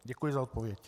Děkuji za odpověď.